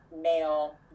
male